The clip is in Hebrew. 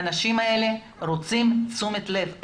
האנשים האלה רוצים תשומת לב,